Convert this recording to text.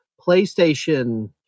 PlayStation